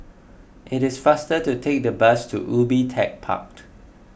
it is faster to take the bus to Ubi Tech Park